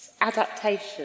adaptation